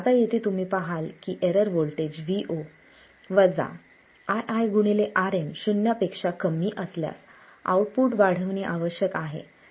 आता येथे तुम्ही पहाल की error voltage Vo ii Rm शून्या पेक्षा कमी असल्यास आउटपुट वाढविणे आवश्यक आहे